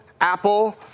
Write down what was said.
Apple